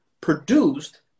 produced